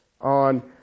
On